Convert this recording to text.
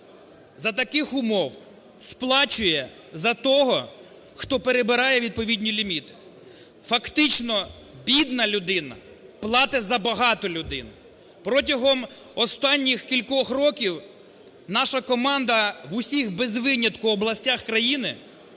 за таких умов сплачує за того, хто перебирає відповідний ліміт, фактично, бідна людина платить за багату людину. Протягом останніх кількох років наша команда в усіх без винятку областях країни,